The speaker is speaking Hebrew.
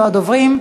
לא הדוברים,